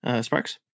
Sparks